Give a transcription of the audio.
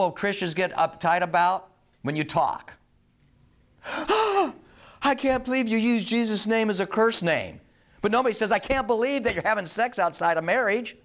will christians get up tight about when you talk i can't believe you use jesus name as a curse name but nobody says i can't believe that you're having sex outside of marriage